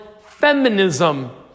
feminism